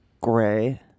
gray